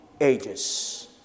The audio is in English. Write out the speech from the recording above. ages